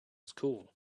school